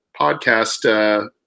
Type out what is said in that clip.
podcast